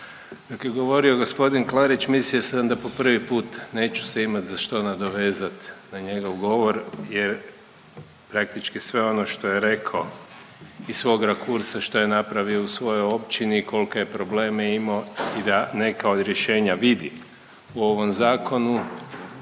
Dok je govorio g. Klarić mislio sam da po prvi put neću se imat za što nadovezat na njegov govor jer praktički sve ono što je rekao iz svog rakursa što je napravio u svojoj općini i kolke je probleme imo i da neka od rješenja vidi u ovom zakonu,